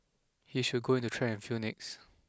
he should go into track and field next